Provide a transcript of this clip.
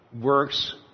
works